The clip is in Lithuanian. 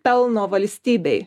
pelno valstybei